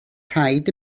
rhaid